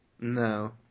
No